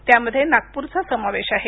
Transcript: त्यामध्ये नागपूरचा समावेश आहे